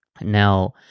Now